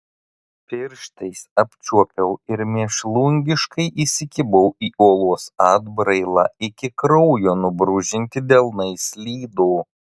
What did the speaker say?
pirštais apčiuopiau ir mėšlungiškai įsikibau į uolos atbrailą iki kraujo nubrūžinti delnai slydo